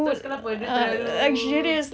terus kenapa dia terlalu